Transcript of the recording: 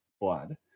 blood